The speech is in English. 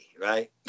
right